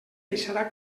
deixarà